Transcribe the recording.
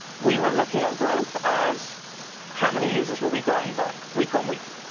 we were looking at growth as how many users were we growing by week on week?